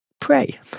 pray